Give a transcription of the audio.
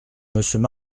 monsieur